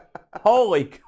Holy